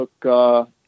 took